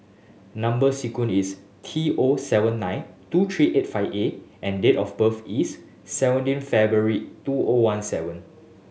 number sequence is T O seven nine two three eight five A and date of birth is seventeen February two O one seven